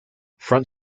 front